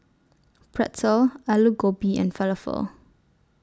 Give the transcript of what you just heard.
Pretzel Alu Gobi and Falafel